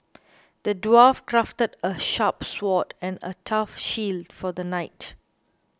the dwarf crafted a sharp sword and a tough shield for the knight